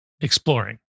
exploring